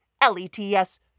L-E-T-S